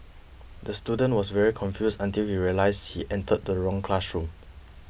the student was very confused until he realised he entered the wrong classroom